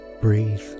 breathe